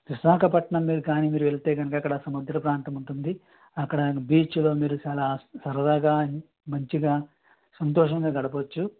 విశాఖపట్నం కానీ మీరు వెళ్తే కనుక అక్కడ సముద్ర ప్రాంతం ఉంటుంది అక్కడ బీచ్లో మీరు చాలా సరదాగా మంచిగా సంతోషంగా గడపొచ్చు